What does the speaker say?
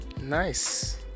nice